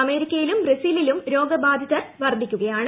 അമേരിക്കയിലും ബ്രസീലിലും രോഗബാധിതർ വർധിക്കുക്കിയാണ്